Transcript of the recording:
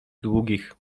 długich